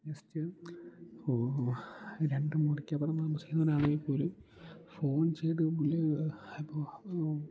just രണ്ട് മുറിക്കപ്പുറം താമസിക്കുന്നവരാണെങ്കിൽപ്പോലും ഫോൺ ചെയ്ത് വിളിച്ച് അപ്പോൾ